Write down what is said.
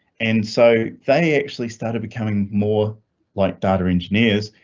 and so they actually started becoming more like data engineers.